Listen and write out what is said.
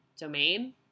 domain